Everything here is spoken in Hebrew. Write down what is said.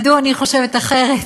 מדוע אני חושבת אחרת.